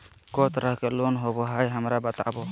को तरह के लोन होवे हय, हमरा बताबो?